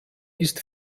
ist